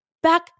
back